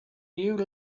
you